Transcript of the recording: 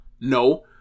No